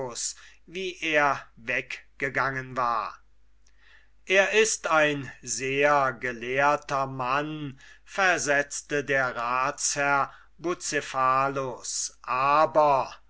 wie er weggegangen war er ist ein sehr gelehrter mann versetzte der ratsherr bucephalus aber